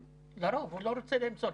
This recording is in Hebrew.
לרוב הוא לא רוצה למסור.